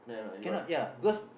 cannot ya because